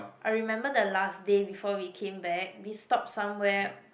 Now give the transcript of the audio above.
I remember the last day before we came back we stopped somewhere